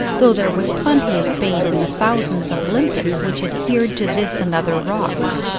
though there was plenty of bait in the thousands of limpets which adhered to this and other rocks.